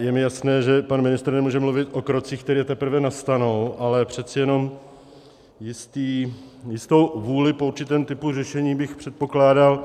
Je mi jasné, že pak ministr nemůže mluvit o krocích, které teprve nastanou, ale přece jenom jistou vůli po určitém typu řešení bych předpokládal.